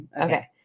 Okay